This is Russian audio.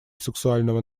сексуального